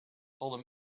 told